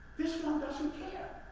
this one doesn't care.